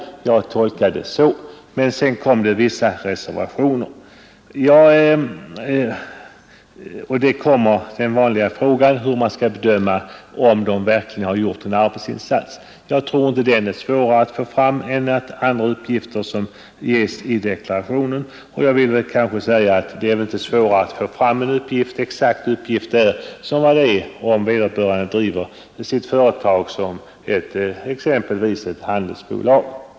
Jag tolkar uttalandet så. Men sedan kom det vissa reservationer, bland andra den vanliga frågan hur man skall bedöma om det verkligen har gjorts en arbetsinsats. Jag anser inte att den uppgiften är svårare att få fram än andra uppgifter som ges i deklarationen. Det är väl inte svårare att få fram exakt uppgift i det fallet än om vederbörande driver sitt företag som exempelvis ett handelsbolag.